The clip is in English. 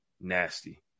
nasty